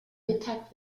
mittag